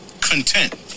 content